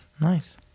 nice